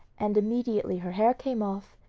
and immediately her hair came off,